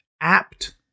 apt